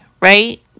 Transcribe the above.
right